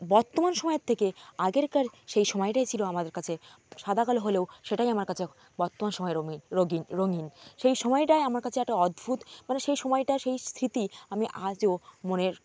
বর্তমান সময়ের থেকে আগেরকার সেই সময়টাই ছিলো আমাদের কাছে সাদা কালো হলেও সেটাই আমার কাছে বর্তমান সময়ে রঙিন রঙিন সেই সময়টাই আমার কাছে একটা অদ্ভুত মানে সেই সময়টা সেই স্মৃতি আমি আজও মনের